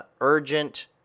urgent